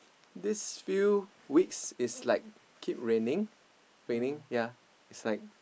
these few weeks is like keep raining raining ya it's like